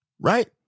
right